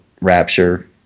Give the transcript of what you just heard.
Rapture